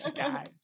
Sky